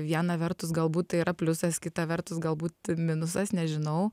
viena vertus galbūt tai yra pliusas kita vertus galbūt minusas nežinau